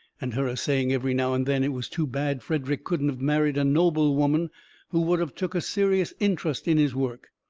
and her a-saying every now and then it was too bad frederick couldn't of married a noble woman who would of took a serious intrust in his work.